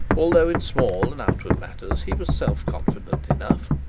although in small and outward matters he was self-confident enough,